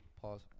Pause